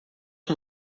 que